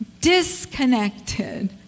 disconnected